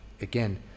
again